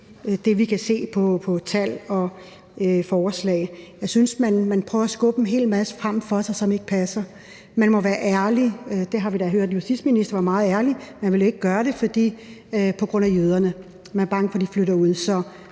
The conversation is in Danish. det, vi kan se på tal og forslag. Jeg synes, man prøver at skubbe en hel masse frem foran sig, som ikke passer. Man må være ærlig, og vi har da hørt, at justitsministeren var meget ærlig, altså at man ikke ville gøre det på grund af jøderne – man er bange for, at de flytter ud.